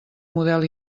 model